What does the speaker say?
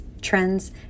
trends